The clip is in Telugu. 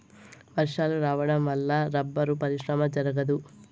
వర్షాలు రావడం వల్ల రబ్బరు పరిశ్రమ జరగదు